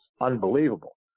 unbelievable